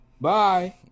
Bye